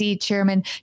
Chairman